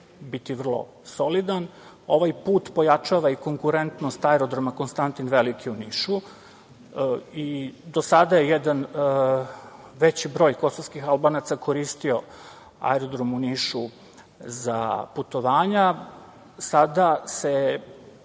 biti vrlo solidan. Ovaj put pojačava i konkurentnost aerodroma „Konstantin Veliki“ u Nišu. Do sada je jedan veći broj kosovskih Albanaca koristio aerodrom u Nišu za putovanja. Sada se